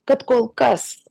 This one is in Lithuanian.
kad kol kas